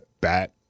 bat